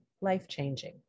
life-changing